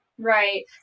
Right